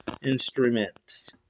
instruments